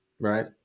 Right